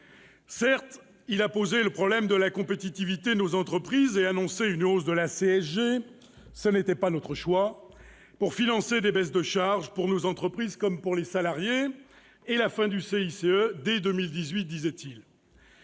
Certes, il a posé le problème de la compétitivité de nos entreprises et annoncé une hausse de la CSG-ce n'était pas notre choix -pour financer des baisses de charges, pour les entreprises comme pour les salariés, et la fin du CICE dès 2018. Certes,